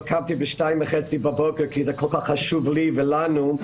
קמתי ב-02:30 בבוקר כי זה כל כך חשוב לי ולנו.